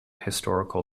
historical